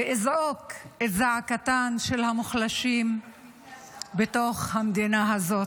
ואזעק את זעקתם של המוחלשים בתוך המדינה הזאת,